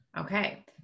Okay